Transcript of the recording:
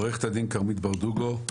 עורכת הדין כרמית ברדוגו.